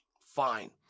Fine